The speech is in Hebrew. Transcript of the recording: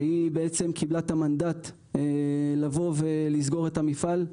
שהיא בעצם קיבלה את המנדט לבוא ולסגור את המפעל.